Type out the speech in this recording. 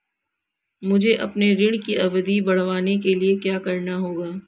मुझे अपने ऋण की अवधि बढ़वाने के लिए क्या करना होगा?